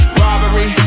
robbery